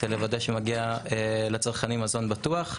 מטרתו היא לוודא שמגיע לצרכנים מזון בטוח.